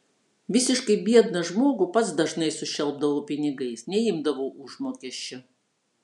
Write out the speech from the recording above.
visiškai biedną žmogų pats dažnai sušelpdavau pinigais neimdavau užmokesčio